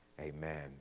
amen